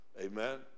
Amen